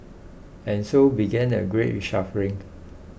and so began a great reshuffling